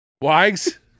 Wags